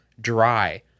dry